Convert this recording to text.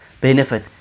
benefit